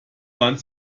man